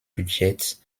budgets